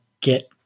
get